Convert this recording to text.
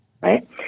Right